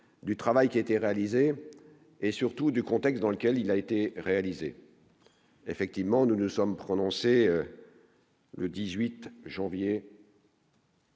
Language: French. du travail qui a été réalisé et surtout du contexte dans lequel il a été réalisé, effectivement, nous nous sommes prononcés le 18 janvier.